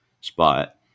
spot